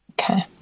Okay